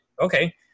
Okay